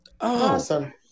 Awesome